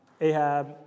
Ahab